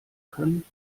können